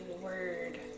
word